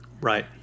Right